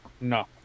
No